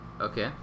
Okay